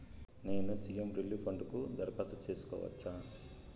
నేను CM relief fund కు దరఖాస్తు సేసుకోవచ్చా?